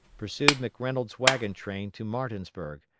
pursued mcreynolds' wagon train to martinsburg,